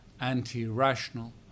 anti-rational